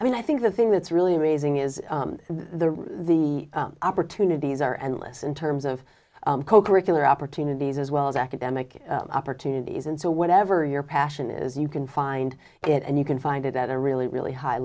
i mean i think the thing that's really amazing is that the opportunities are endless in terms of co curricular opportunities as well as academic opportunities and so whatever your passion is you can find it and you can find it at a really really high